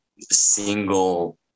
single